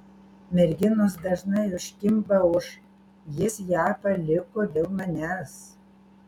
merginos dažnai užkimba už jis ją paliko dėl manęs